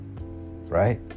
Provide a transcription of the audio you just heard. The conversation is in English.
right